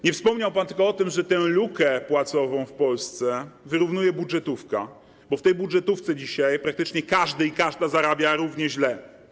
Nie wspomniał pan tylko o tym, że tę lukę płacową w Polsce wyrównuje budżetówka, bo w budżetówce dzisiaj praktycznie każdy i każda zarabiają równie źle.